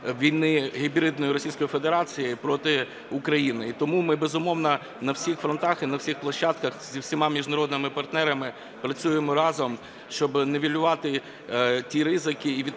війни гібридної Російської Федерації проти України. І тому ми, безумовно, на всіх фронтах і на всіх площадках, з усіма міжнародними партнерами працюємо разом, щоб нівелювати ті ризики і відповідно